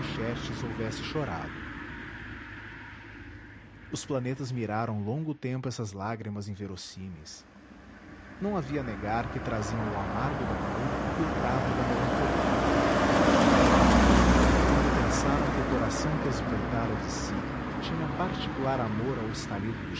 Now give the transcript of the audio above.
xerxes houvesse chorado os planetas miraram longo tempo essas lágrimas inverossímeis não havia negar que traziam o amargo da dor e o travo da melancolia e quando pensaram que o coração que as brotara de si tinha particular amor ao estalido